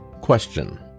question